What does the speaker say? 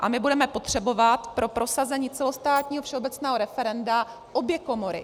A my budeme potřebovat pro prosazení celostátního všeobecného referenda obě komory.